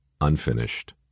unfinished